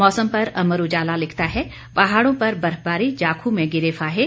मौसम पर अमर उजाला लिखता है पहाड़ों पर बर्फबारी जाखू में गिरे फाहे